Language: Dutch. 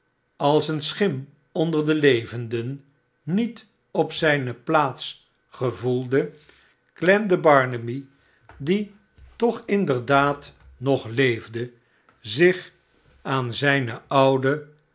als eene schim onder de levenden niet op zijne plaats gevoelde barnaby rudge klemde barnaby die toch inderdaad nog leefde zich aai zijn ouden